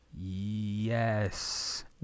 Yes